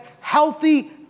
healthy